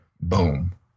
Boom